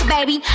Baby